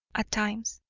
at times.